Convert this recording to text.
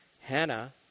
Hannah